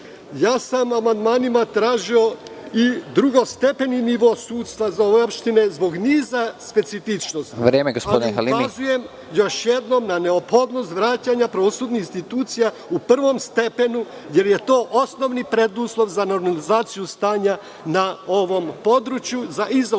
jedinice. Amandmanima sam tražio i drugostepeni nivo sudstva za ove opštine, zbog niza specifičnosti, ali ukazujem još jednom na neophodnost vraćanja pravosudnih institucija u prvom stepenu, jer je to osnovni preduslov za normalizaciju stanja na ovom području, i za